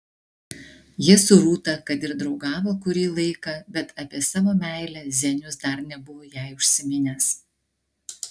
jie su rūta kad ir draugavo kurį laiką bet apie savo meilę zenius dar nebuvo jai užsiminęs